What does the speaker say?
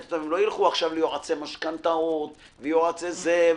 הם לא ילכו עכשיו ליועצי משכנתאות ויועצי זה.